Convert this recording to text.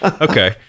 okay